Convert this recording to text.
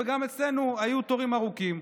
וגם אצלנו היו תורים ארוכים,